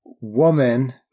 woman